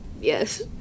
Yes